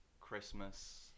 Christmas